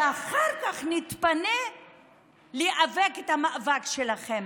ואחר כך נתפנה להיאבק את המאבק שלכם.